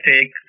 take